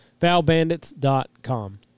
Foulbandits.com